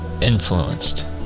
influenced